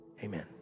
amen